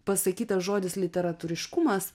pasakytas žodis literatūriškumas